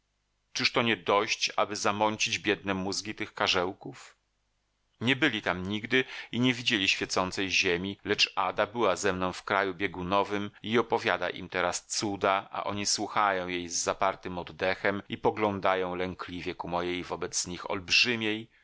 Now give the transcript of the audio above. nie dość aby zamącić biedne mózgi tych karzełków nie byli tam nigdy i nie widzieli świecącej ziemi lecz ada była ze mną w kraju biegunowym i opowiada im teraz cuda a oni słuchają jej z zapartym oddechem i poglądają lękliwie ku mojej wobec nich olbrzymiej